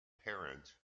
parent